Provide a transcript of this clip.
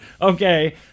Okay